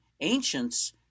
ancients